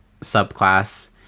subclass